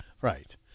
right